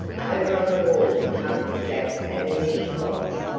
over on the wall hung jack's ammunition box.